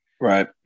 Right